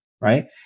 right